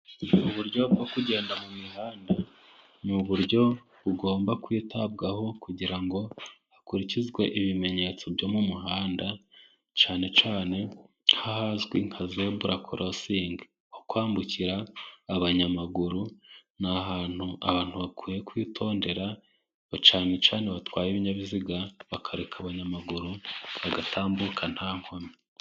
Uburyo bwo kugenda mu mihanda, ni uburyo bugomba kwitabwaho kugira ngo hakurikizwe ibimenyetso byo mu muhanda, cyane cyane nk'ahazwi nka zebura corosingi ho kwambukira abanyamaguru, ni ahantu abantu bakwiye kwitondera cyane cyane batwaye ibinyabiziga, bakareka abanyamaguru bagatambuka nta nkomyi.